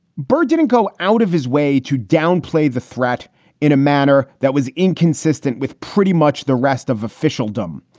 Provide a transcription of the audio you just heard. byrd didn't go out of his way to downplay the threat in a manner that was inconsistent with pretty much the rest of official doom.